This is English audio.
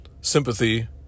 sympathy